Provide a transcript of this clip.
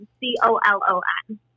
C-O-L-O-N